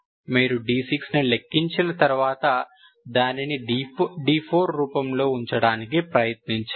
మీరు d6ను లెక్కించిన తర్వాత దానిని d4రూపంలో ఉంచడానికి ప్రయత్నించండి